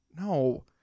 no